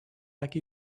like